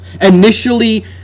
initially